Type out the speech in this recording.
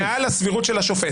מעל הסבירות של השופט.